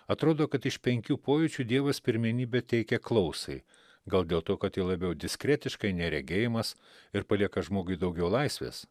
atrodo kad iš penkių pojūčių dievas pirmenybę teikia klausai gal dėl to kad ji labiau diskretiška nei regėjimas ir palieka žmogui daugiau laisvės